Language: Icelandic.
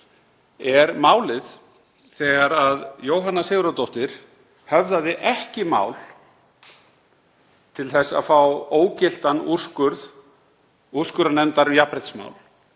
er málið þegar Jóhanna Sigurðardóttir höfðaði ekki mál til þess að fá ógiltan úrskurð úrskurðarnefndar um jafnréttismál,